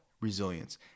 resilience